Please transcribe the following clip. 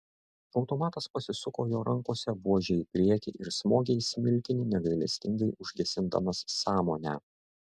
automatas pasisuko jo rankose buože į priekį ir smogė į smilkinį negailestingai užgesindamas sąmonę